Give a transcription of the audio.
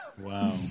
Wow